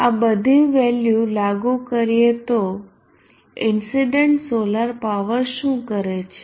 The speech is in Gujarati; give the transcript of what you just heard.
આ બધી વેલ્યુ લાગુ કરીએ તો ઇન્સીડન્ટ સોલાર પાવર શું કરે છે